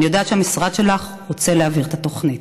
אני יודעת שהמשרד שלך רוצה להעביר את התוכנית.